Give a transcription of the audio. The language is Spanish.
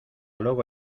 luego